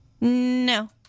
No